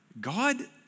God